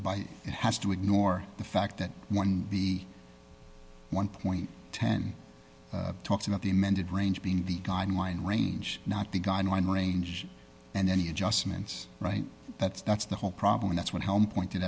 buy it has to ignore the fact that one the one dollar talks about the amended range being the guideline range not the guideline range and any adjustments right that's that's the whole problem that's what helm pointed